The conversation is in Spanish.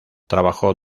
trabajó